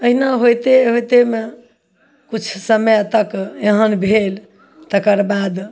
अहिना होइते होइतेमे किछु समय तक एहन भेल तकरबाद